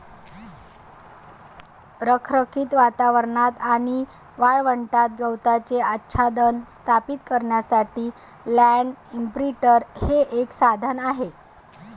रखरखीत वातावरणात आणि वाळवंटात गवताचे आच्छादन स्थापित करण्यासाठी लँड इंप्रिंटर हे एक साधन आहे